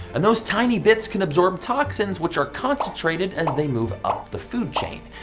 and those tiny bits can absorb toxins which are concentrated as they move up the food chain,